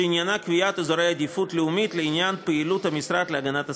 שעניינה קביעת אזורי עדיפות לאומית לעניין פעילות המשרד להגנת הסביבה.